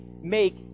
make